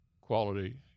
quality